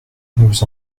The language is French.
nous